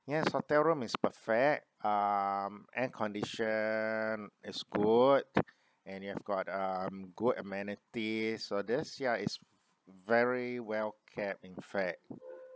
yes hotel room is perfect um air condition is good and you have got um good amenities for this ya it's very well kept in fact